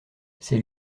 ces